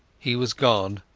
he was gone,